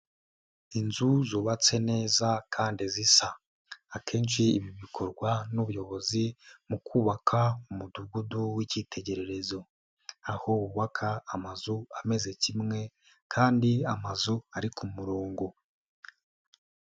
Inzu zubatse neza kandi zisa akenshi ibi bikorwa n'ubuyobozi mu kubaka umudugudu w'icyitegererezo aho wubaka amazu ameze kimwe kandi amazu ari ku mu rongo.